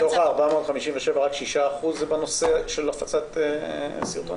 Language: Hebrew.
מתוך ה-457 רק שישה אחוזים הם בנושא של הפצת סרטונים?